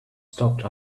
stopped